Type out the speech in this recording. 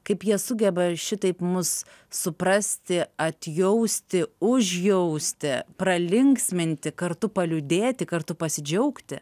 kaip jie sugeba šitaip mus suprasti atjausti užjausti pralinksminti kartu paliūdėti kartu pasidžiaugti